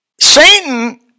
Satan